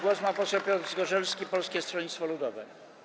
Głos ma poseł Piotr Zgorzelski, Polskie Stronnictwo Ludowe.